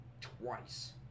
twice